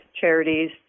charities